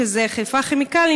שזה "חיפה כימיקלים",